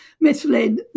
misled